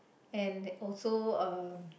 and also uh